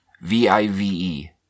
V-I-V-E